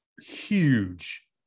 huge